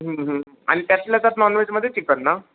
आणि त्यातल्या तर नॉनव्हेजमध्ये चिकन ना